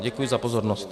Děkuji za pozornost.